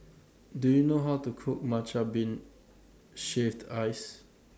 Do YOU know How to Cook Matcha Bean Shaved Ice